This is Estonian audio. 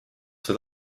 said